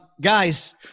Guys